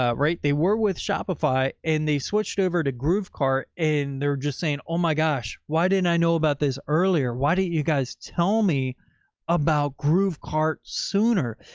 ah right. they were with shopify and they switched over to groove car. and they're just saying, oh my gosh, why didn't i know about this earlier? why don't you guys tell me about groovekart sooner?